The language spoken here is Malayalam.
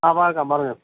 ആ പറഞ്ഞുകൊള്ളൂ